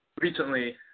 recently